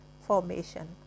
formation